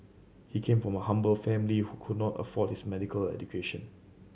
he came from a humble family who could not afford his medical education